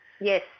Yes